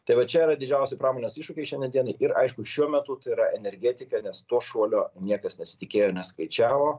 tai va čia yra didžiausi pramonės iššūkiai šiandien dienai ir aišku šiuo metu tai yra energetika nes to šuolio niekas nesitikėjo neskaičiavo